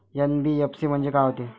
NBFC म्हणजे का होते?